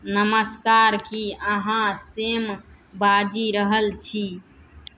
नमस्कार कि अहाँ सेम बाजि रहल छी